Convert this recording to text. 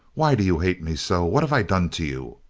why do you hate me so? what have i done to you?